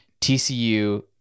TCU